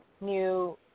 new